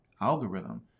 algorithm